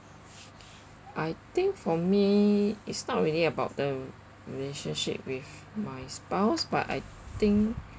I think for me it's not really about the relationship with my spouse but I think